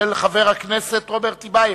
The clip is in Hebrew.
של חבר הכנסת רוברט טיבייב.